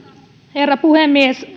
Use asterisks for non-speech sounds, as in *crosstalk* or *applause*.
herra puhemies *unintelligible*